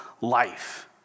life